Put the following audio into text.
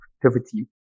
productivity